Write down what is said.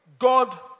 God